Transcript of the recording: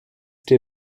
der